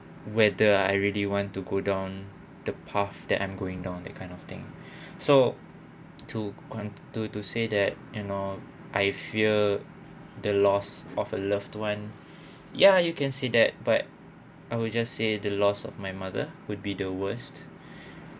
whether I really want to go down the path that I'm going down that kind of thing so to cont~ to to say that you know I fear the loss of a loved one ya you can say that but I will just say the loss of my mother would be the worst